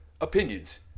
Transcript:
opinions